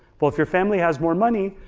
well if your family has more money,